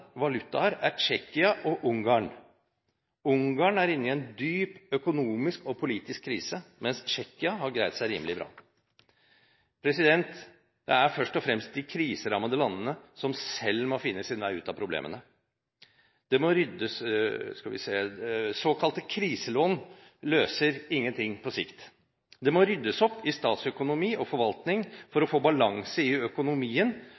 valutaer, er Tsjekkia og Ungarn. Ungarn er inne i en dyp økonomisk og politisk krise, mens Tsjekkia har greid seg rimelig bra. Det er først og fremst de kriserammede landene som selv må finne sin vei ut av problemene. Såkalte kriselån løser ingen ting på sikt. Det må ryddes opp i statsøkonomi og forvaltning for å få balanse i økonomien,